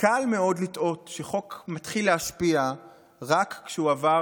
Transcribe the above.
קל מאוד לטעות שחוק מתחיל להשפיע רק כשהוא עבר